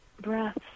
Breaths